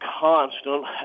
constant